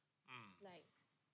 mm